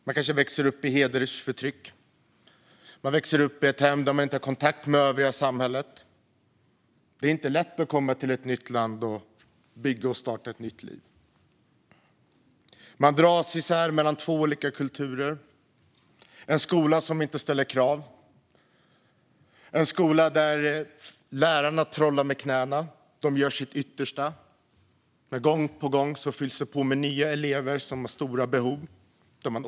Man kanske växer upp med hedersförtryck. Man växer upp i ett hem där man inte har kontakt med övriga samhället. Det är inte lätt att komma till ett nytt land och bygga och starta ett nytt liv. Man dras isär mellan två olika kulturer. Det ställs inga krav i skolan - en skola där lärarna trollar med knäna och gör sitt yttersta men som gång på gång fylls på med nya elever som har stora behov.